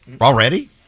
Already